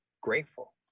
grateful